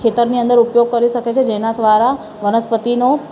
ખેતરની અંદર ઉપયોગ કરી શકીએ છીએ જેના દ્વારા વનસ્પતિનો